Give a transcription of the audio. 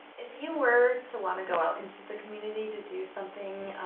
if you were to want to go out into the community to do something,